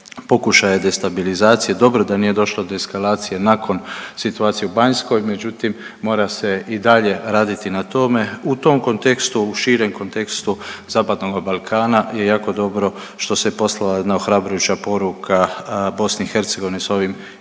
pokušaje destabilizacije. Dobro da nije došlo do eskalacije nakon situacije u Banjskoj međutim mora se i dalje raditi na tome. U tom kontekstu, u širem kontekstu zapadnoga Balkana je jako dobro što se poslala jedna ohrabrujuća poruka Bosni i Hercegovini s ovim izvješćem